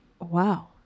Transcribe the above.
Wow